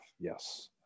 Yes